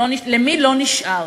למי לא נשאר?